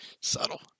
Subtle